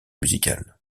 musicales